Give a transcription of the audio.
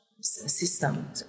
system